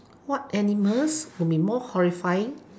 what animals will be more horrifying